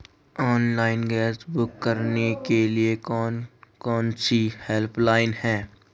Online gas book करने के लिए कौन कौनसी हेल्पलाइन हैं?